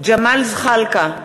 ג'מאל זחאלקה,